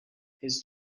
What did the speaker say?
his